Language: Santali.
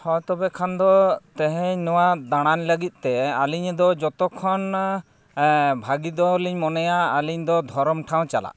ᱦᱮᱸ ᱛᱚᱵᱮ ᱠᱷᱟᱱ ᱫᱚ ᱛᱮᱦᱮᱧ ᱱᱚᱣᱟ ᱫᱟᱲᱟᱱ ᱞᱟᱹᱜᱤᱫᱛᱮ ᱟᱹᱞᱤᱧ ᱫᱚ ᱡᱚᱛᱚ ᱠᱷᱚᱱ ᱵᱷᱟᱹᱜᱤ ᱫᱚᱞᱤᱧ ᱢᱚᱱᱮᱭᱟ ᱟᱹᱞᱤᱧ ᱫᱚ ᱫᱷᱚᱨᱚᱢ ᱴᱷᱟᱶ ᱪᱟᱞᱟᱜ